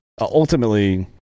ultimately